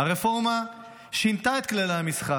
הרפורמה שינתה את כללי המשחק